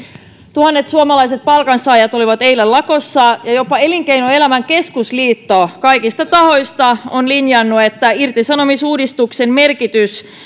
tuhannet suomalaiset palkansaajat olivat eilen lakossa ja jopa elinkeinoelämän keskusliitto kaikista tahoista on linjannut että irtisanomisuudistuksen merkitys